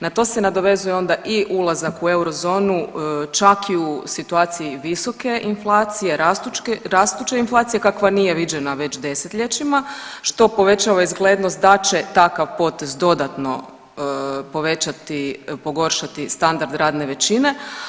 Na to se nadovezuje onda i ulazak u eurozonu čak i u situaciji visoke inflacije, rastuće inflacije kakva nije viđena već desetljećima što povećava izglednost da će takav potez dodatno povećati pogoršati standard radne većine.